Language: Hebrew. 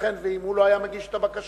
וייתכן שאם הוא לא היה מגיש את הבקשה,